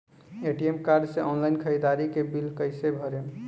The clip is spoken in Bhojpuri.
ए.टी.एम कार्ड से ऑनलाइन ख़रीदारी के बिल कईसे भरेम?